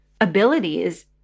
abilities